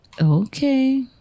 okay